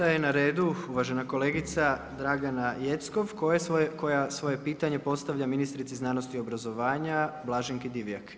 Peta je na redu uvažena kolegica Dragana Jeckov koja svoje pitanje postavlja ministrici znanosti i obrazovanja Blaženki Divjak.